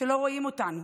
שלא רואים אותנו.